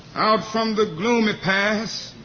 out from the gloomy past,